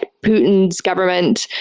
ah putin's government,